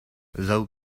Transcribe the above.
thou